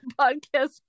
podcast